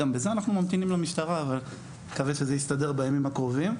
גם בזה אנחנו ממתינים למשטרה אבל נקווה שזה יסתדר בימים הקרובים.